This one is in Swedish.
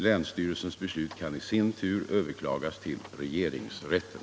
Länsstyrelsens beslut kan i sin tur överklagas till regeringsrätten.